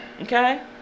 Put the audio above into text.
Okay